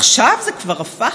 לציווי אלוקי,